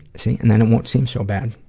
see, and then it won't seem so bad.